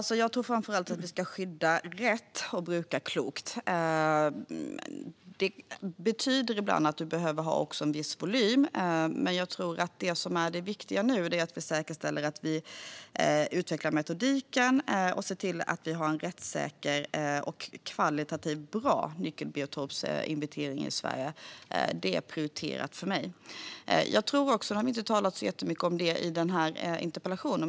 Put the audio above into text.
Fru talman! Jag tror framför allt att vi ska skydda rätt och bruka klokt. Det betyder ibland att vi behöver ha en viss volym. Det som är det viktiga nu är att vi säkerställer att vi utvecklar metodiken och ser till att vi har en rättssäker och kvalitativt bra nyckelbiotopsinventering i Sverige. Det är prioriterat för mig. Nu har vi inte talat så mycket om detta i interpellationsdebatten.